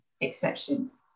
exceptions